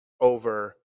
over